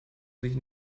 sich